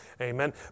Amen